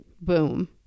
boom